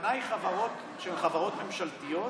הכוונה היא חברות של חברות ממשלתיות?